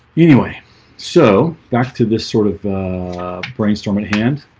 anyway so back to this sort of brainstorm at hand